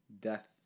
death